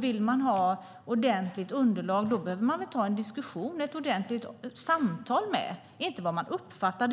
Vill man ha ett ordentligt underlag behöver man väl ta en diskussion, ett ordentligt samtal, inte utgå från vad man uppfattar.